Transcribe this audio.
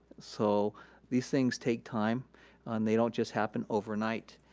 so these things take time and they don't just happen overnight.